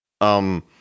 Um-